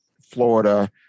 Florida